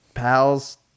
pals